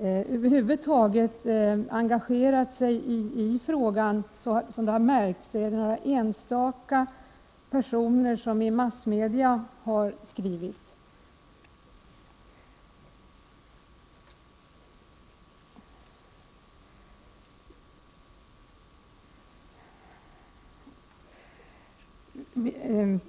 över huvud taget har engagerat sig i frågan så att det har märkts är några enstaka personer som har skrivit i massmedia.